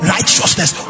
Righteousness